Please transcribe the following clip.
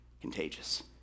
contagious